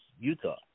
Utah